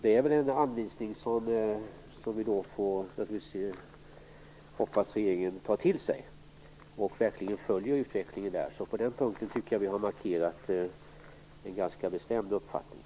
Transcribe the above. Det är en anvisning som vi naturligtvis hoppas att regeringen tar till sig, så att man verkligen följer utvecklingen där. På den punkten tycker jag att vi har markerat en ganska bestämd uppfattning.